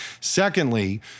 Secondly